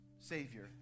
savior